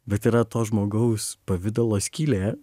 bet yra to žmogaus pavidalo skylė